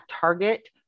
Target